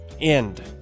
end